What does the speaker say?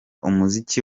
umuziki